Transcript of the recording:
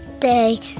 day